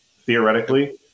theoretically